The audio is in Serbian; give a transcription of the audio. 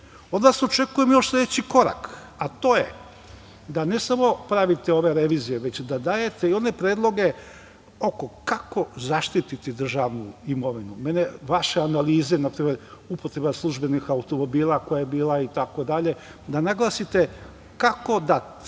vas očekujem sledeći korak, a to je da ne pravite samo ove revizije, već i da dajete one predloge kako zaštiti državnu imovinu. Mene vaše analize, na primer, upotreba službenih automobila koja je bila itd, da naglasite kako da